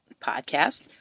podcast